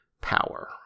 power